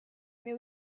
mais